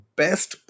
best